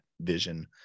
vision